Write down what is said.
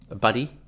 buddy